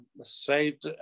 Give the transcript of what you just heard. saved